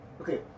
Okay